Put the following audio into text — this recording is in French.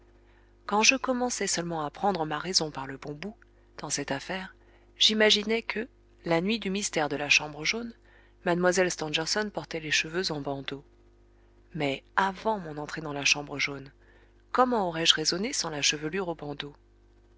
quand je commençais seulement à prendre ma raison par le bon bout dans cette affaire j'imaginais que la nuit du mystère de la chambre jaune mlle stangerson portait les cheveux en bandeaux mais avant mon entrée dans la chambre jaune comment aurais-je raisonné sans la chevelure aux bandeaux